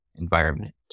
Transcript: environment